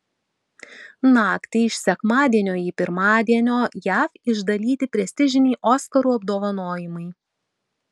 naktį iš sekmadienio į pirmadienio jav išdalyti prestižiniai oskarų apdovanojimai